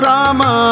Rama